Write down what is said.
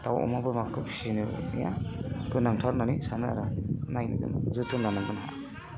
दाउ अमा बोरमाफोर फिनाया गोनांथार होननानै सानो आरो आं नायनांगोन जोथोन लानांगोन